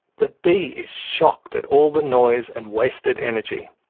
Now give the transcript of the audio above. the bee is shocked at all the noise and wasted energy.